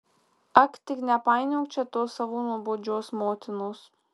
ak tik nepainiok čia tos savo nuobodžios motinos